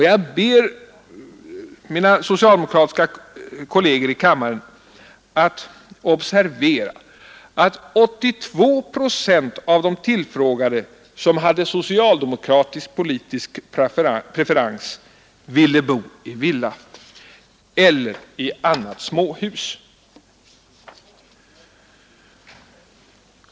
Jag ber mina socialdemokratiska kolleger i kammaren att observera att 82 procent av de tillfrågade som hade socialdemokratisk politisk preferens ville bo i villa eller annat småhus.